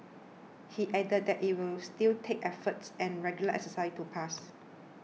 he added that it will still take efforts and regular exercise to pass